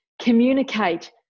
communicate